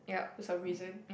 for some reason